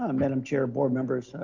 um madam chair, board members,